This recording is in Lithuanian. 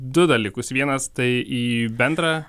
du dalykus vienas tai į bendrą